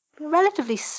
relatively